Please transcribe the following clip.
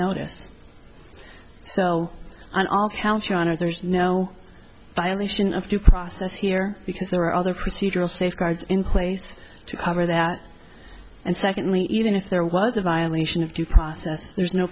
honor there is no violation of due process here because there are other procedural safeguards in place to cover that and secondly even if there was a violation of due process there's no